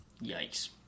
Yikes